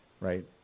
Right